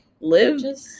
Live